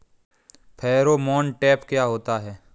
Pheromone trap क्या होता है?